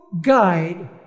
guide